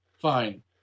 Fine